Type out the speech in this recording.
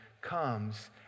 comes